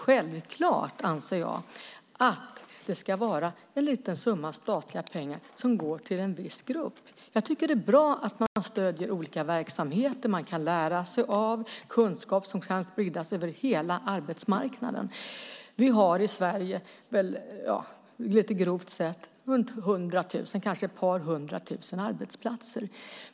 Självklart anser jag att det ska vara en liten summa statliga pengar som går till en viss grupp. Jag tycker att det är bra att man stöder olika verksamheter som man kan lära sig av. Det är kunskap som kan spridas över hela arbetsmarknaden. Vi har i Sverige runt hundra tusen, kanske ett par hundra tusen, arbetsplatser.